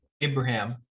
Abraham